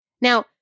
Now